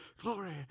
Glory